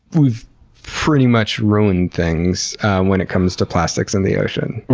we've pretty much ruined things when it comes to plastics in the ocean.